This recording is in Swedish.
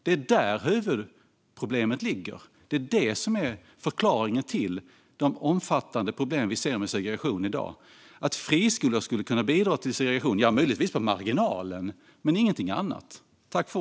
Det är där huvudproblemet ligger. Det är det som är förklaringen till de omfattande problem med segregation vi ser i dag. Friskolor skulle möjligtvis kunna bidra till segregation på marginalen, men inte mer än så.